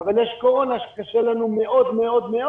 אבל יש קורונה שקשה לנו מאוד מאוד מאוד.